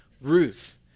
Ruth